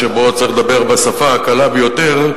שבו ייאמר שצריך לדבר בשפה הקלה ביותר,